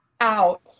out